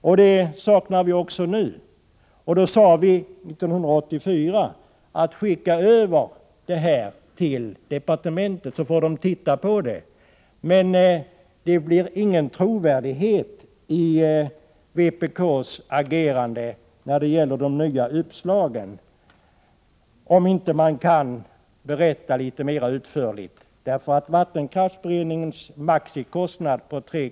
Vi saknar även nu lönsamhetsberäkningar. Vi sade 1984 att han skulle skicka över vpk-förslagen till departementet. Det blir ingen trovärdighet i vpk:s agerande när det gäller de nya uppslagen, om vpk inte beskriver projekten litet mera utförligt. Vattenkraftsberedningens maximikostnad på 3kr.